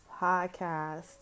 Podcast